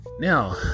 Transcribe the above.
now